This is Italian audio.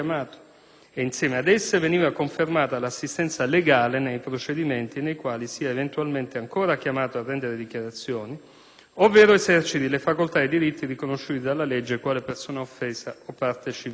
insieme ad esse veniva confermata l'assistenza legale nei procedimenti nei quali sia eventualmente ancora chiamato a rendere dichiarazioni ovvero eserciti le facoltà e i diritti riconosciuti dalla legge quale persona offesa o parte civile.